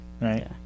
right